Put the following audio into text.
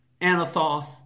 Anathoth